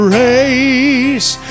race